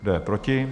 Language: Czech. Kdo je proti?